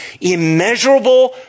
immeasurable